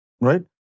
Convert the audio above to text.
right